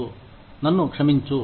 తుమ్ము నన్ను క్షమించు